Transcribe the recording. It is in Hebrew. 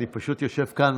אני פשוט יושב כאן,